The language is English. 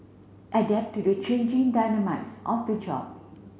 adapt to the changing dynamites of the job